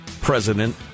president